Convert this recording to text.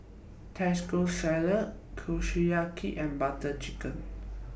Taco Salad Kushiyaki and Butter Chicken